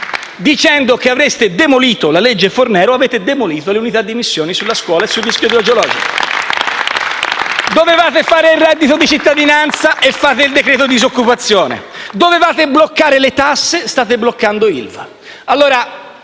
dicendo che avreste demolito la legge Fornero, ma avete demolito le unità di missione sulla scuola e sul rischio idrogeologico. *(Applausi dal Gruppo PD)*. Dovevate fare il reddito di cittadinanza e fate il decreto disoccupazione; dovevate bloccare le tasse, ma state bloccando l'ILVA.